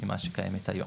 ממה שקיימת היום.